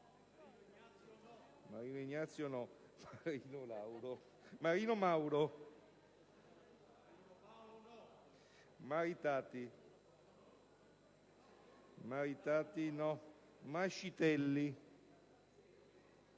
Marino Ignazio, Marino Mauro Maria, Maritati, Mascitelli,